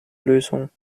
lösung